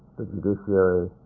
the judiciary,